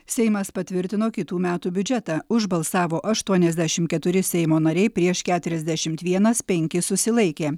seimas patvirtino kitų metų biudžetą už balsavo aštuoniasdešim keturi seimo nariai prieš keturiasdešimt vienas penki susilaikė